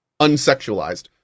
unsexualized